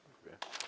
Dziękuję.